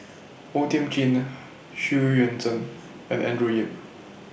O Thiam Chin Xu Yuan Zhen and Andrew Yip